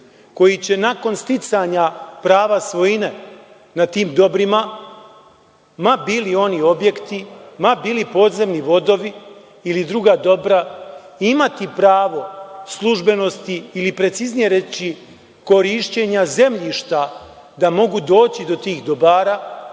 koji će nakon sticanja prava svojine na tim dobrima, ma bili oni objekti, ma bili podzemni vodovi, ili druga dobra, imati pravo službenosti ili, preciznije reći, korišćenja zemljišta da mogu doći do tih dobara,